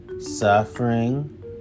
suffering